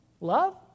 Love